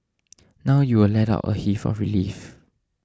now you will let out a heave of relief